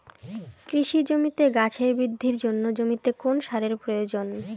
কৃষি জমিতে গাছের বৃদ্ধির জন্য জমিতে কোন সারের প্রয়োজন?